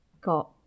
got